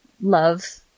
love